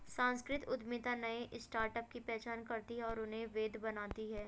सांस्कृतिक उद्यमिता नए स्टार्टअप की पहचान करती है और उन्हें वैध बनाती है